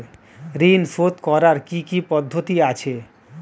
ঋন শোধ করার কি কি পদ্ধতি আছে?